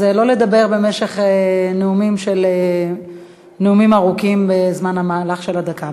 אז לא לדבר נאומים ארוכים במהלך הדקה.